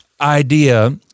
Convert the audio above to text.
idea